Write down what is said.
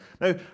Now